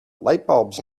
lightbulbs